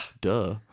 Duh